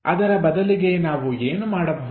ಅದರ ಬದಲಿಗೆ ನಾವು ಏನು ಮಾಡಬಹುದು